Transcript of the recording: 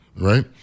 right